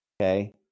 okay